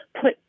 put